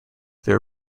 there